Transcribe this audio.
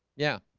yeah,